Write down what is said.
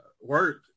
work